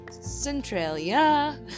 Centralia